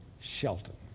Shelton